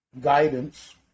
guidance